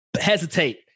hesitate